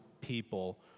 people